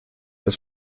das